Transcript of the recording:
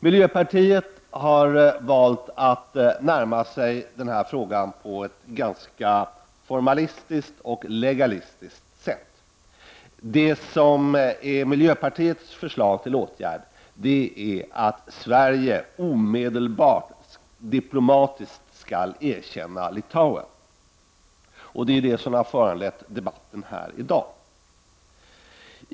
Miljöpartiet har valt att närma sig den här frågan på ett ganska formalistiskt och legalistiskt sätt. Miljöpartiets förslag till åtgärd är att Sverige omedelbart skall diplomatiskt erkänna Litauen. Det är ju det som har föranlett debatten här i dag.